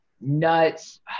nuts